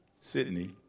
Sydney